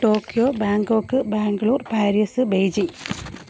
Tokyo Bangkok Bangalore Paris Beijing